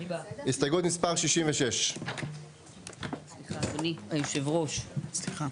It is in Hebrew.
הסתייגות מספר 66. אדוני יושב הראש, סליחה.